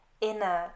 inner